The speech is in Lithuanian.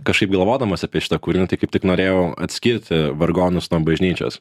kažkaip galvodamas apie šitą kūrinį kaip tik norėjau atskirti vargonus nuo bažnyčios